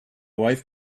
wife